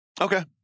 Okay